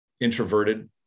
introverted